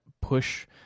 push